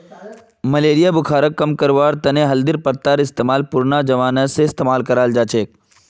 malaria बुखारक कम करवार तने हल्दीर पत्तार इस्तेमाल पुरना जमाना स इस्तेमाल कराल जाछेक